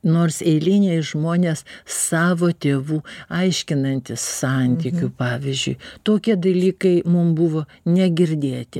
nors eiliniai žmonės savo tėvų aiškinantis santykių pavyzdžiui tokie dalykai mum buvo negirdėti